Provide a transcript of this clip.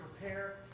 prepare